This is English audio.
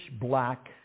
black